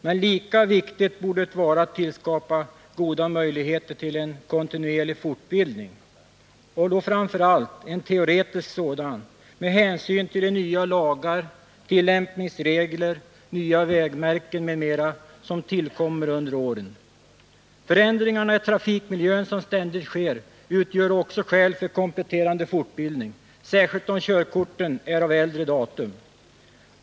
Men lika viktigt borde det vara att skapa goda möjligheter till en kontinuerlig fortbildning, och då framför allt en teoretisk sådan med hänsyn till de nya lagar och tillämpningsregler, nya vägmärken m.m. som tillkommer under åren. De förändringar i trafikmiljön som ständigt sker utgör också skäl för kompletterande fortbildning, särskilt om körkorten är av äldre datum.